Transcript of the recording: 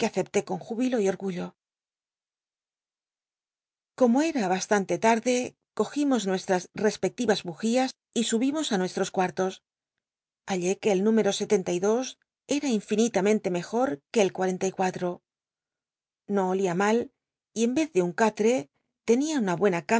acepté con júbilo y ol'gullo como era bastante tarde cogimos nuestras respectivas bugías y subimos á miestros cuattos hallé que el número era infinitamente mejor que el m no olia mal y en vez de un catre tenia una buena